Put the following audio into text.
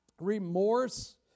remorse